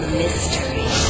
mystery